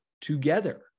together